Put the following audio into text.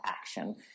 action